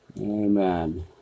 amen